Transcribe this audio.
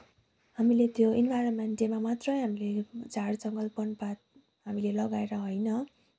हामीले त्यो एमभारोन्मेन्ट डेमा मात्र हामीले झार जङ्गल वनपात हामीले लगाएर होइन